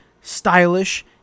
stylish